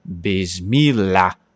Bismillah